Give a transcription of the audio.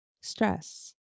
stress